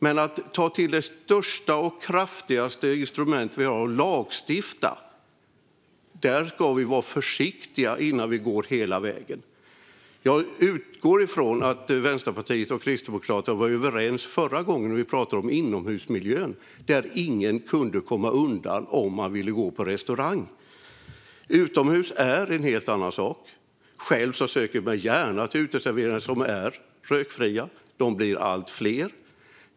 Men vi ska vara försiktiga med att gå hela vägen och ta till det största och kraftigaste instrument vi har: att lagstifta. Jag utgår från att Vänsterpartiet och Kristdemokraterna var överens förra gången, när vi pratade om inomhusmiljön. Då kunde ingen komma undan om man ville gå på restaurang. Utomhus är det en helt annan sak. Jag söker mig gärna till uteserveringar som är rökfria. De blir allt fler.